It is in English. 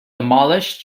demolished